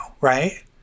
right